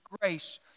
grace